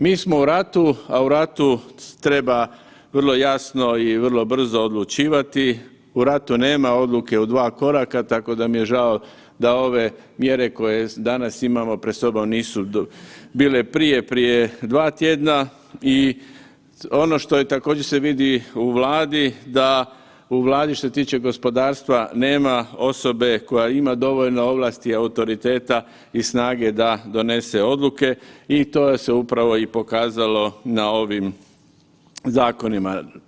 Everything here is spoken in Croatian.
Mi smo u ratu, a u ratu treba vrlo jasno i vrlo brzo odlučivati, u ratu nema odluke u dva koraka tako da mi je žao da ove mjere koje danas imamo pred sobom nisu bile prije, prije 2 tjedna i ono što je također se vidi u Vladi da u Vladi što se tiče gospodarstva nema osobe koja ima dovoljno ovlasti, autoriteta i snage da donese odluke i to je se upravo i pokazalo na ovim zakonima.